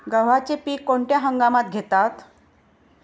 गव्हाचे पीक कोणत्या हंगामात घेतात?